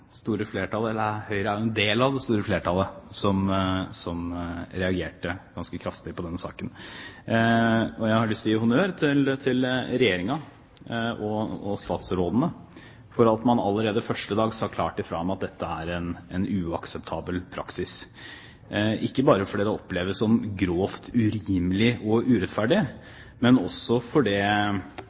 store flertallet – Høyre er en del av det store flertallet – som reagerte ganske kraftig på denne saken. Jeg har lyst til å gi honnør til Regjeringen, og til statsrådene, for at man allerede første dag sa klart fra om dette er en uakseptabel praksis, ikke bare fordi det oppleves som grovt urimelig og urettferdig, men også fordi det